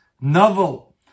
Novel